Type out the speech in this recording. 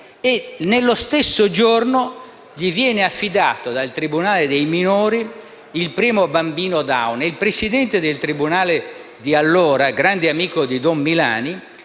lo stesso giorno gli viene affidato, dal tribunale per i minorenni, il primo bambino Down. E il Presidente del tribunale di allora, grande amico di Don Milani,